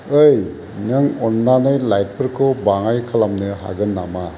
ओइ नों अन्नानै लाइटफोरखौ बाङाय खालामनो हागोन नामा